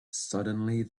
suddenly